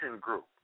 Group